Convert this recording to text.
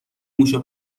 موشو